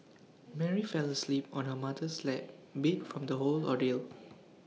Mary fell asleep on her mother's lap beat from the whole ordeal